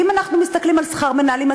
ואם אנחנו מסתכלים על שכר מנהלים,